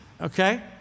okay